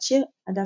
גלגלצ,